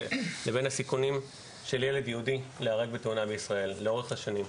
לבין הסיכונים של ילד יהודי להיהרג בתאונה במדינת ישראל לאורך השנים.